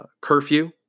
curfew